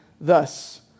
thus